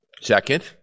Second